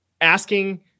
asking